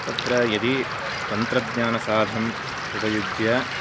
तत्र यदि तन्त्रज्ञानसाधनम् उपयुज्य